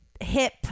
hip